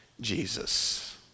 Jesus